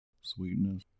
sweetness